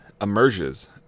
emerges